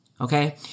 Okay